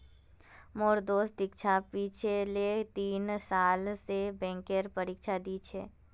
मोर दोस्त दीक्षा पिछले तीन साल स बैंकेर परीक्षा दी छ